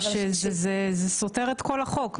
שזה סותר את כל החוק.